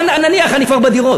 אבל נניח, אני כבר בדירות.